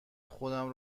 خودم